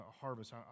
harvest